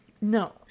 No